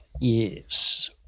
Yes